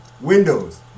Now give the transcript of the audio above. windows